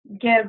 give